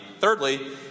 Thirdly